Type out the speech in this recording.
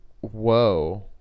Whoa